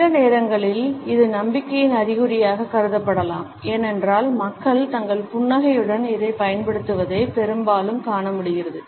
சில நேரங்களில் இது நம்பிக்கையின் அறிகுறியாக கருதப்படலாம் ஏனென்றால் மக்கள் தங்கள் புன்னகையுடன் இதைப் பயன்படுத்துவதை பெரும்பாலும் காண முடிகிறது